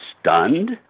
stunned